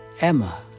Emma